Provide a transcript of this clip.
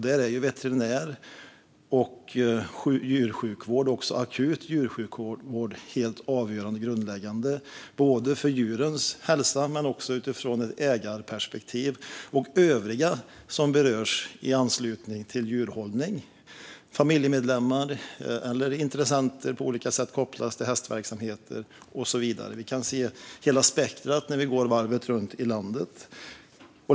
Där är veterinär och djursjukvård, även akut djursjukvård, helt avgörande och grundläggande för djurens hälsa men också utifrån ett ägarperspektiv, som även gäller övriga som berörs i anslutning till djurhållning - familjemedlemmar, intressenter kopplade till hästverksamhet och så vidare. Vi kan se hela spektrumet när vi går varvet runt i landet.